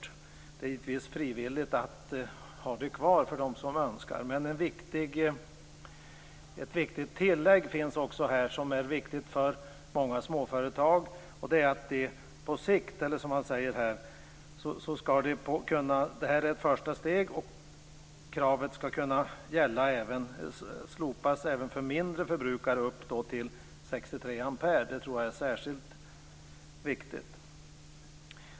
Det är givetvis frivilligt att ha kvar denna mätning för dem som önskar. Det finns ett tillägg som är viktigt för många småföretag. Det är att man säger att detta är ett första steg och att kravet skall kunna slopas även för mindre förbrukare - upp till 63 ampere. Det tror jag är särskilt viktigt.